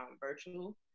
virtual